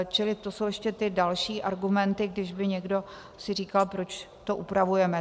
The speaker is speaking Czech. Čili to jsou ještě ty další argumenty, kdyby si někdo říkal, proč to upravujeme.